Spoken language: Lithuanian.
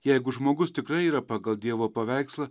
jeigu žmogus tikrai yra pagal dievo paveikslą